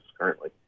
currently